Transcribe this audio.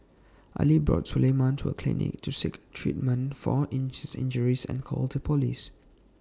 Ali brought Suleiman to A clinic to seek treatment for his injuries and called the Police